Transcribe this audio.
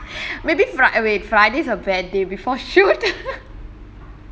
maybe fri~ wait friday is a bad day before shoot